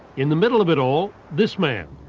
in the middle of it all, this man,